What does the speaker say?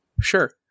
Sure